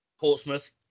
Portsmouth